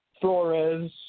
Flores